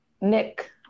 Nick